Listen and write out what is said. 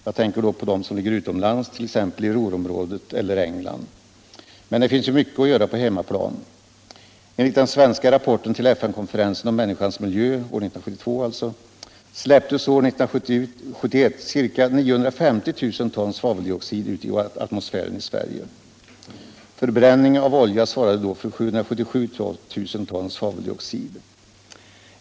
Jag tänker på dem som ligger utomlands, t.ex. i Ruhrområdet eller England. Men det finns mycket att göra på hemmaplan. Enligt den svenska rapporten till FN-konferensen om människans miljö, år 1972, släpptes år 1971 ca 950 000 ton svaveldioxid ut i atmosfären i Sverige. Förbränning av olja svarade då för 777 000 ton svaveldioxid.